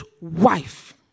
wife